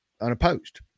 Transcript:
unopposed